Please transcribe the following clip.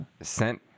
sent